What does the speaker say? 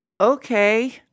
Okay